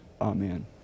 Amen